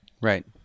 right